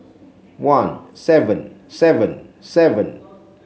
one seven seven seven